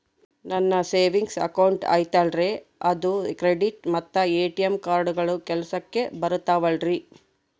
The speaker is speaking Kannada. ನನ್ನ ಸೇವಿಂಗ್ಸ್ ಅಕೌಂಟ್ ಐತಲ್ರೇ ಅದು ಕ್ರೆಡಿಟ್ ಮತ್ತ ಎ.ಟಿ.ಎಂ ಕಾರ್ಡುಗಳು ಕೆಲಸಕ್ಕೆ ಬರುತ್ತಾವಲ್ರಿ?